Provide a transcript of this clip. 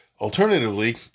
Alternatively